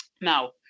now